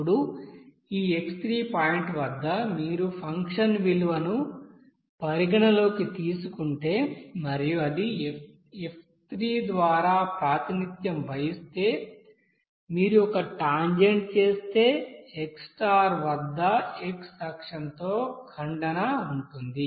ఇప్పుడు ఈ x3 point వద్ద మీరు ఫంక్షన్ విలువను పరిగణనలోకి తీసుకుంటే మరియు అది f3 ద్వారా ప్రాతినిధ్యం వహిస్తే మీరు ఒక టాంజెంట్ చేస్తే x వద్ద x అక్షంతో ఖండన ఉంటుంది